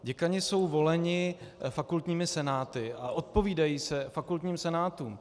Děkani jsou voleni fakultními senáty a odpovídají se fakultním senátům.